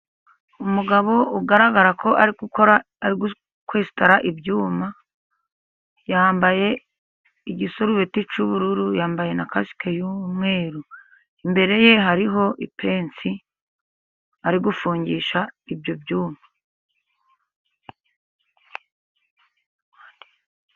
Umugabo ugaragara ko ari kwesitara ibyuma, yambaye igisurubeti cy'ubururu, yambaye na kasike y'umweru, imbere ye hariho ipensi ari gufungisha ibyo byuma.